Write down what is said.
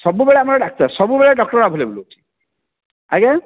ସବୁବେଳେ ଆମର ଡ଼ାକ୍ତର ସବୁବେଳେ ଡ଼କ୍ଟର ଆଭେଲେବୁଲ୍ ଅଛି ଆଜ୍ଞା